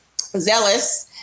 zealous